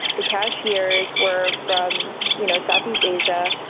the cashiers were from you know southeast asia.